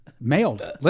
Mailed